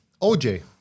OJ